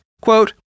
Quote